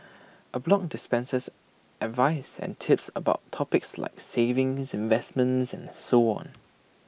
A blog dispenses advice and tips about topics like savings investments and so on